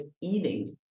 eating